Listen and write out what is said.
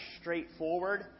straightforward